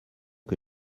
que